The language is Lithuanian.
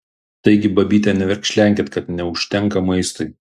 taigi babyte neverkšlenkit kad neužtenka maistui